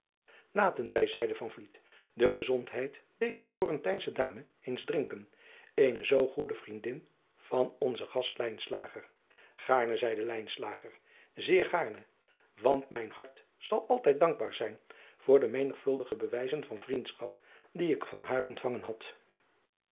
aten wij zeide de gezondheid dezer lorentijnsche dame eens drinken eene zoo goede vriendin van onzen gast aarne zeide zeer gaarne want mijn hart zal altijd dankbaar zijn voor de menigvuldige bewijzen van vriendschap die ik van haar ontvangen had